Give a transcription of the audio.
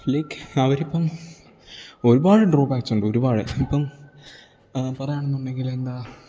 like അവരിപ്പം ഒരുപാട് ഡ്രോബാക്സുണ്ട് ഒരുപാട് ഇപ്പം പറയുകയാണെന്നുണ്ടെങ്കിൽ എന്താ